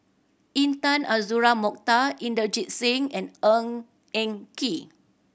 Intan Azura Mokhtar Inderjit Singh and Ng Eng Kee